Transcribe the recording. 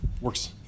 works